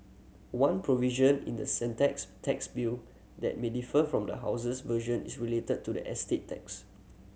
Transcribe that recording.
one provision in the tax bill that may differ from the House's version is related to the estate tax